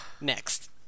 next